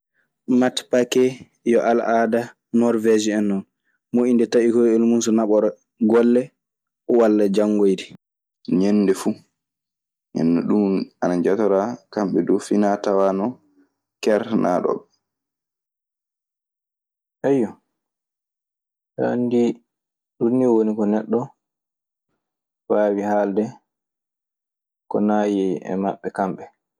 Mate pake yo al ada norwege hen non, moyinde tayikoƴol mun so naɓara golle wala jamgoyide. Ñennde fuu. Nden non ɗun ana jatoraa fina tawaa non kertanaaɗo ɓe. Aɗe anndii ɗun nii woni ko neɗɗo waawi haalde ko naayii e maɓɓe kamɓe.